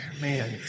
man